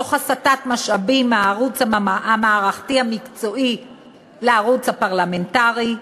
תוך הסטת משאבים מהערוץ המערכתי המקצועי לערוץ הפרלמנטרי.